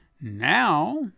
Now